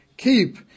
Keep